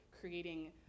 creating